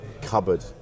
cupboard